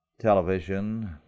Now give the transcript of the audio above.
television